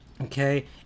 okay